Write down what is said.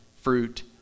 fruit